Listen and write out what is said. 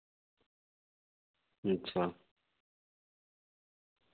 अच्छा